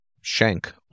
Shank